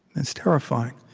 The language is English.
that's terrifying.